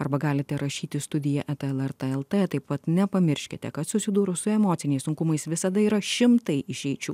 arba galite rašyti studija eta lrt lt taip pat nepamirškite kad susidūrus su emociniais sunkumais visada yra šimtai išeičių